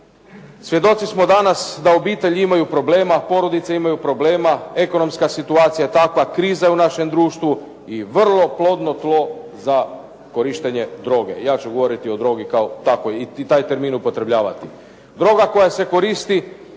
Svjedoci smo danas da obitelji imaju problema, porodice imaju problema, ekonomska situacija je takva, kriza je u našem društvu i vrlo plodno tlo za korištenje droge. Ja ću govoriti o drogi kao takvoj i taj termin upotrebljavati. Droga koja se koristi